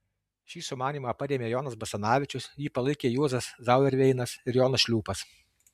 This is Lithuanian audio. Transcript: šį sumanymą parėmė jonas basanavičius jį palaikė juozas zauerveinas ir jonas šliūpas